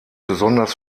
besonders